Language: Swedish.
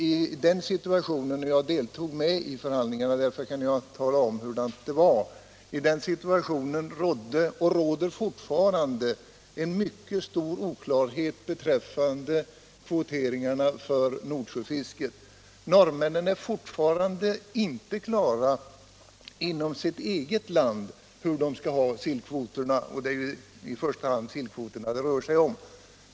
I den situationen — jag deltog i förhandlingarna, och därför kan jag tala om hur det var —- rådde, och det råder fortfarande, en mycket stor oklarhet beträffande kvoteringarna för Nordsjöfisket. Norrmännen är fortfarande inte inom sitt eget land klara över hur de skall ha det med sillkvoterna, och det är ju i första hand sillkvoterna det rör sig om.